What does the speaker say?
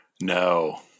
No